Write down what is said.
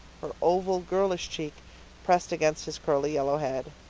her oval girlish cheek pressed against his curly yellow head.